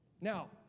Now